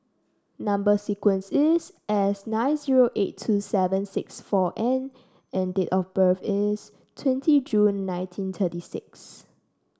number sequence is S nine zero eight two seven six four N and date of birth is twenty June nineteen thirty six